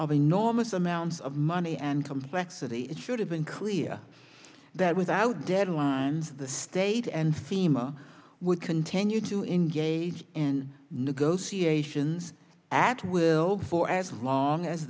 enormous amounts of money and complexity it should've been clear that without deadlines the state and fema would continue to engage in negotiations at will for as long as